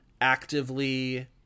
actively